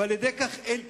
ועל-ידי כך אין טיול.